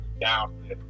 down